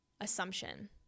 assumption